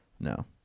No